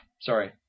sorry